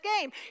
game